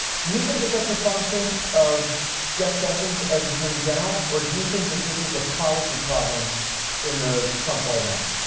do you think that that's a function of jeff sessions as attorney general? or do you think that this is a policy problem in the trump white house?